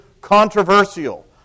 controversial